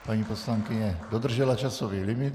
Paní poslankyně dodržela časový limit.